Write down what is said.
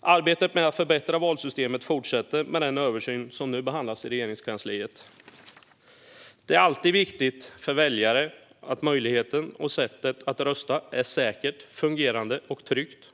Arbetet med att förbättra valsystemet fortsätter med den översyn som nu behandlas i Regeringskansliet. Det är alltid viktigt för väljare att det är säkert, fungerande och tryggt att rösta.